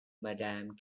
madame